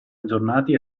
aggiornati